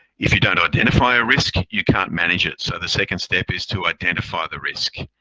if you don't identify a risk, you can't manage it, so the second step is to identify the risk.